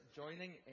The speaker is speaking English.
joining